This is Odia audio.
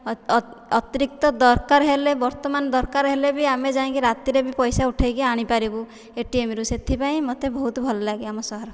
ଅତିରିକ୍ତ ଦରକାର ହେଲେ ବର୍ତ୍ତମାନ ଦରକାର ହେଲେ ବି ଆମେ ଯାଇକି ରାତିରେ ବି ପଇସା ଉଠାଇକି ଆଣିପାରିବୁ ଏଟିଏମ୍ରୁ ସେଥିପାଇଁ ମୋତେ ବହୁତ ଭଲ ଲାଗେ ଆମ ସହର